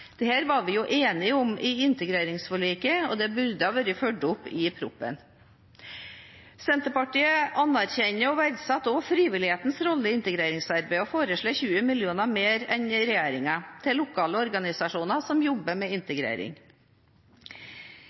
var vi enige om i integreringsforliket, og det burde vært fulgt opp i proposisjonen. Senterpartiet anerkjenner og verdsetter også frivillighetens rolle i integreringsarbeidet og foreslår 20 mill. kr mer enn regjeringen til lokale organisasjoner som jobber med integrering.